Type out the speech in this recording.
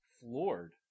floored